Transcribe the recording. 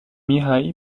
mihai